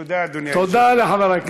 תודה, אדוני